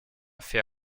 fait